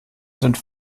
sind